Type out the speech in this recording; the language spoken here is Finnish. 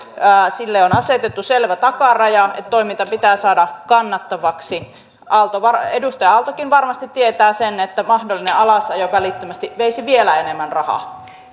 sille on asetettu selvä takaraja että toiminta pitää saada kannattavaksi edustaja aaltokin varmasti tietää sen että mahdollinen alasajo välittömästi veisi vielä enemmän rahaa